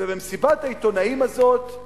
ובמסיבת העיתונאים הזאת,